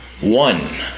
One